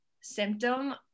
symptom